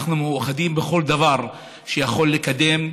אנחנו מאוחדים בכל דבר שיכול לקדם,